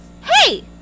Hey